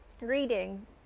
reading